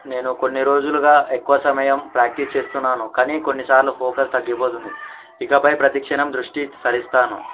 నేను కొన్ని రోజులుగా ఎక్కువ సమయం ప్రాక్టీస్ చేస్తున్నాను కానీ కొన్నిసార్లు ఫోకస్ తగ్గిపోతుంది ఇకపై ప్రతక్షణం దృష్టి సారిస్తాను